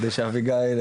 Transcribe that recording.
כדי שאביגיל,